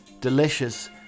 delicious